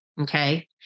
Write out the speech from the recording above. okay